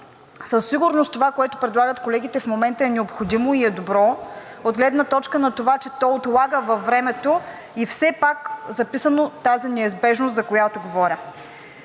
Със сигурност това, което предлагат колегите в момента, е необходимо и е добро от гледна точка на това, че то отлага във времето, и все пак е записана тази неизбежност, за която говоря.